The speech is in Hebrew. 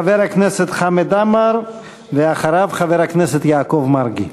חבר הכנסת חמד עמאר, ואחריו, חבר הכנסת יעקב מרגי.